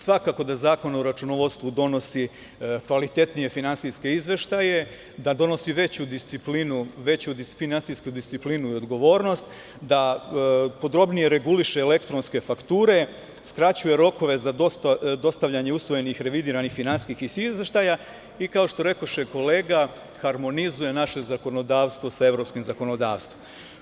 Svakako da Zakon o računovodstvu donosi kvalitetnije finansijske izveštaje, da donosi veću finansijsku disciplinu i odgovornost, da podrobnije reguliše elektronske fakture, skraćuje rokove za dostavljanje usvojenih revidiranih finansijskih izveštaja i, kao što reče kolega, harmonizuje naše zakonodavstvo sa evropskim zakonodavstvom.